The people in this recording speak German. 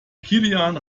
kilian